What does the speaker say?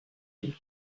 ville